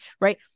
right